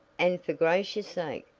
and for gracious' sake,